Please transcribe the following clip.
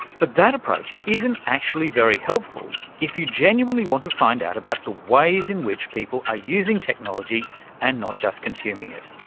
but that approach isn't actually very helpful if you genuinely want to find out about the ways in which people are using technology and not just consuming it.